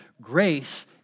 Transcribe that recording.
Grace